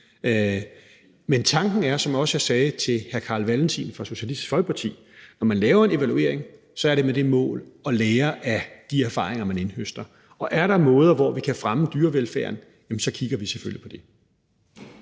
Men tanken er, som jeg også sagde til hr. Carl Valentin fra Socialistisk Folkeparti, at det, når man laver en evaluering, så er med det mål at lære af de erfaringer, man indhøster, og er der måder, hvorpå vi kan fremme dyrevelfærden, så kigger vi selvfølgelig på det.